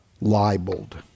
libeled